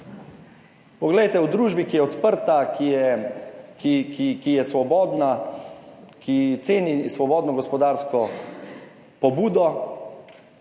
Poglejte, v družbi, ki je odprta, ki je, ki je svobodna, ki ceni svobodno gospodarsko pobudo,